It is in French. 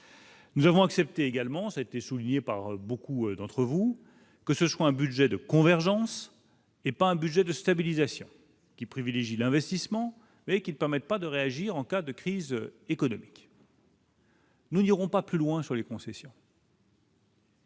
Nous avons accepté également, ça a été souligné par beaucoup d'entre vous que ce soit un budget de convergence et pas un budget de stabilisation qui privilégie l'investissement mais qui ne permettent pas de réagir en cas de crise économique. Nous n'iront pas plus loin sur les concessions.